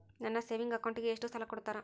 ನನ್ನ ಸೇವಿಂಗ್ ಅಕೌಂಟಿಗೆ ಎಷ್ಟು ಸಾಲ ಕೊಡ್ತಾರ?